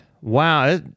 Wow